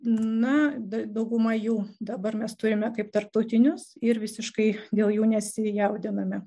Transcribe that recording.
na dauguma jų dabar mes turime kaip tarptautinius ir visiškai dėl jų nesijaudiname